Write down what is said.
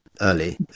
early